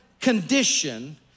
condition